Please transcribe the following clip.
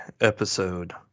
episode